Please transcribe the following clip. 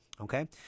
Okay